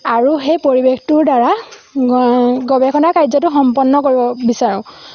আৰু সেই পৰিৱেশটোৰ দ্বাৰা গৱেষণাৰ কাৰ্যটো সম্পন্ন কৰিব বিচাৰোঁ